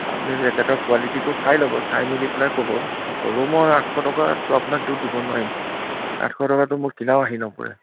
আপুনি জেকেটৰ কুৱালিটীটো চাই ল'ব চাই মেলি পেলাই ক'ব হ'লেও মই আঠশ টকাৰ তলত আপোনাকতো দিব নোৱাৰিম আঠশ টকাটো মোৰ কিনাও আহি নপৰে